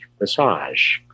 massage